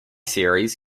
series